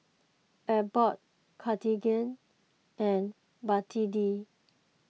Abbott Cartigain and Betadine